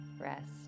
rest